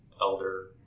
elder